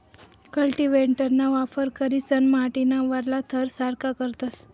कल्टीव्हेटरना वापर करीसन माटीना वरला थर सारखा करतस